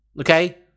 Okay